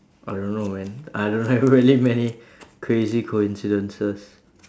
I don't know man I don't have really many crazy coincidences